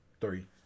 Three